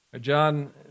John